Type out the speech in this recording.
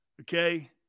Okay